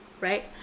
Right